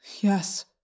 Yes